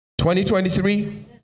2023